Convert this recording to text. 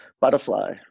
Butterfly